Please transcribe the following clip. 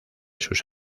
sus